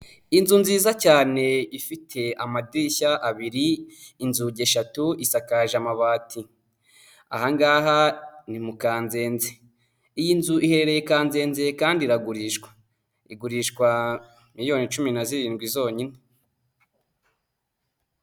Umuhanda wa kaburimbo urimo umumotari uhetse umugenzi wambaye imyenda y'amabara n'imodoka nini, munsi y'umuhanda hari aho abanyamaguru bagendera n'uruzitiro rw'icyatsi ruteyemo ibiti byinshi ruguru y'umuhanda naho hari aho abanyamaguru bagendera.